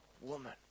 woman